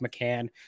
McCann